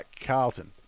Carlton